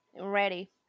Ready